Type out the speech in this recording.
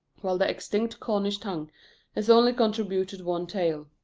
while the extinct cornish tongue has only contributed one tale.